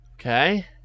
Okay